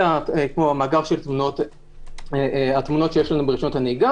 זה המאגר של התמונות שיש ברשיונות הנהיגה